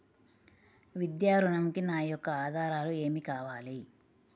విద్యా ఋణంకి నా యొక్క ఆధారాలు ఏమి కావాలి?